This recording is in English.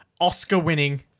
Oscar-winning